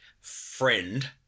friend